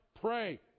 pray